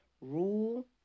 rule